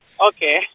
Okay